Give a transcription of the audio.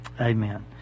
Amen